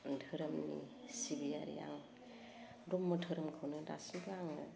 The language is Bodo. धोरोमनि सिबियारि आं ब्रह्म धोरोमखौनो दासिमबो आङो